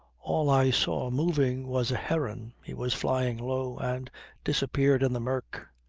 all i saw moving was a heron he was flying low, and disappeared in the murk.